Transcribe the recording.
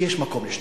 שיש מקום לשנינו.